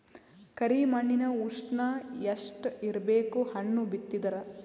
ಕರಿ ಮಣ್ಣಿನ ಉಷ್ಣ ಎಷ್ಟ ಇರಬೇಕು ಹಣ್ಣು ಬಿತ್ತಿದರ?